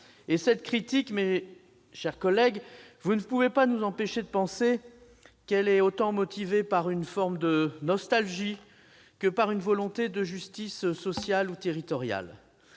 Cette critique, mes chers collègues, vous ne pouvez pas nous empêcher de penser qu'elle est motivée autant par une forme de nostalgie que par une volonté de justice sociale ou territoriale.